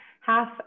half